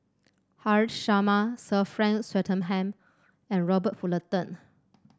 Haresh Sharma Sir Frank Swettenham and Robert Fullerton